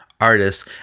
artists